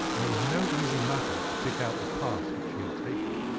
and it was no easy matter to pick out the path which he had taken.